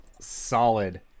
Solid